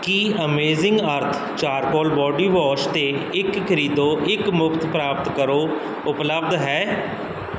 ਕੀ amazing earth charcoal body wash 'ਤੇ ਇੱਕ ਖਰੀਦੋ ਇੱਕ ਮੁਫਤ ਪ੍ਰਾਪਤ ਕਰੋ ਉਪਲੱਬਧ ਹੈ